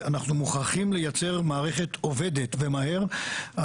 אנחנו מוכרחים לייצר מערכת עובדת ומהר,